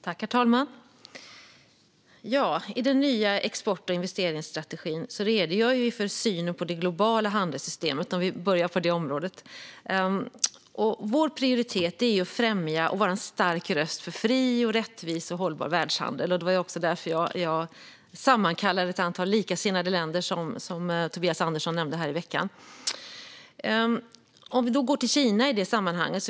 Herr talman! I den nya export och investeringsstrategin redogör vi för synen på det globala handelssystemet. Jag kan börja på det området. Vår prioritet är att främja och vara en stark röst för fri, rättvis och hållbar världshandel. Det var också därför jag sammankallade ett antal likasinnade länder här i veckan, som Tobias Andersson nämnde. Vi kan se på Kina i det sammanhanget.